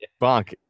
Bonk